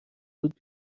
بود